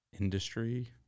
industry